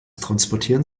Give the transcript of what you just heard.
transportieren